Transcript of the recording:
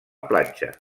platja